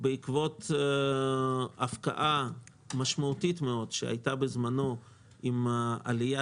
בעקבות הפקעה משמעותית מאוד שהייתה בזמנו עם העלייה